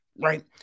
right